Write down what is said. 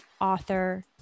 author